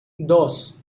dos